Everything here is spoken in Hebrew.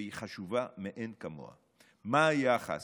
והיא חשובה מאין כמוה: מה היחס?